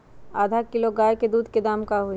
आधा किलो गाय के दूध के का दाम होई?